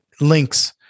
links